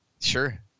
Sure